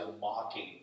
mocking